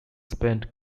spent